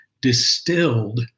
distilled